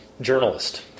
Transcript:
journalist